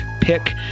pick